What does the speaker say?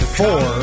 four